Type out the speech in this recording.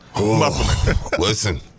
listen